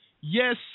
Yes